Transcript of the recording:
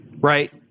right